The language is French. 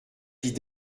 dit